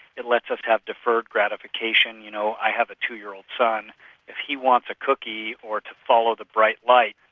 it lets us have deferred gratification you know, i have a two year old son, if he wants a cookie or to follow the bright light,